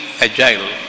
agile